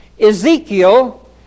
Ezekiel